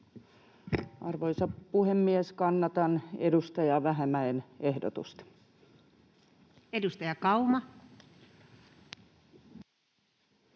Arvoisa puhemies! Kannatan edustaja Vähämäen ehdotusta. Edustaja Kauma.